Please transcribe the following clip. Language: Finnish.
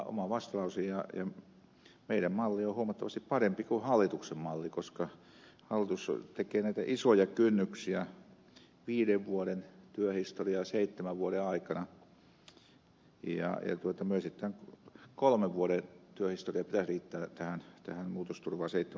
meidän mallimme on huomattavasti parempi kuin hallituksen malli koska hallitus tekee näitä isoja kynnyksiä viiden vuoden työhistoria seitsemän vuoden aikana ja meistä kolmen vuoden työhistorian seitsemän vuoden aikana pitäisi riittää tähän muutosturvaan